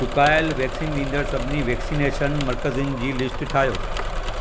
चुकाइल वैक्सीन ॾींदड़ु सभिनी वैक्सिनेशन मर्कज़नि जी लिस्टु ठाहियो